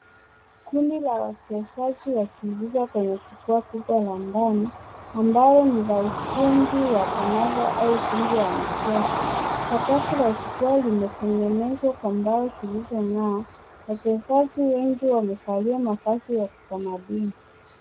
Kundi la wachezaji wakiigiza kwenye jukwaa kubwa la ndani ambalo ni la ukumbi wa tamasha au ukumbi wa michezo. Sakafu la jukwaa limetengenezwa kwa mbao zilizong'aa. Wachezaji wengi wamevalia mavazi ya kitamaduni.